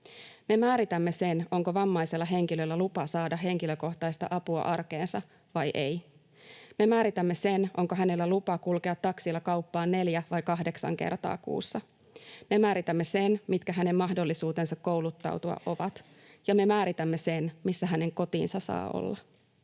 Me määritämme sen, onko vammaisella henkilöllä lupa saada henkilökohtaista apua arkeensa vai ei. Me määritämme sen, onko hänellä lupa kulkea taksilla kauppaan neljä vai kahdeksan kertaa kuussa. Me määritämme sen, mitkä hänen mahdollisuutensa kouluttautua ovat, ja me määritämme sen, missä hänen kotinsa saa olla.